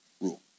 rule